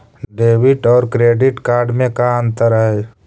Debit और credit card में का अंतर है?